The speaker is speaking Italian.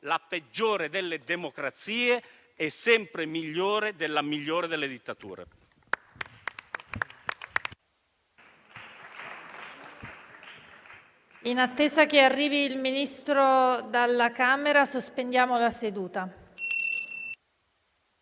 la peggiore delle democrazie è sempre migliore della migliore delle dittature.